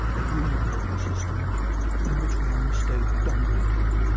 a unipolar system in which one state dominated.